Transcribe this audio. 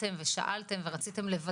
לדבר